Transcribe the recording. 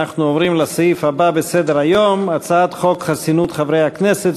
אנחנו עוברים לסעיף הבא בסדר-היום: הצעת חוק חסינות חברי הכנסת,